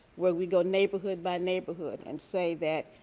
where we go neighborhood by neighborhood and say that,